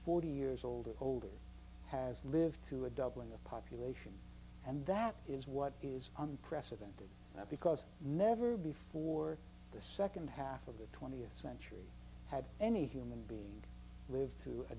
forty years old or older has lived to a doubling of population and that is what is unprecedented because never before the second half of the twentieth century had any human being lived to a